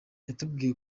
yatubwiye